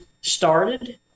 started